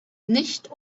nicht